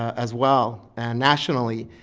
as well. and nationally,